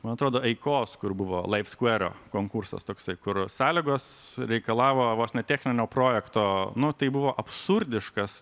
man atrodo eikos kur buvo laipskvero konkursas toksai kur sąlygos reikalavo vos ne techninio projekto nu tai buvo absurdiškas